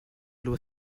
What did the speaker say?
loi